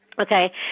Okay